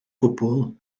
gwbl